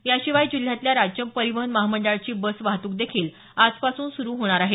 याशिवाय जिल्ह्यातल्या राज्य परीवहन महामंडळाची बस वाहतूक देखील आजपासून सुरू होणार आहे